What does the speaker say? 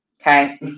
okay